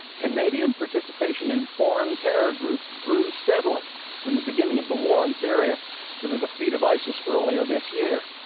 canadian participation in foreign terror groups grew steadily from the beginning of the war in syria to the defeat of isis earlier this year.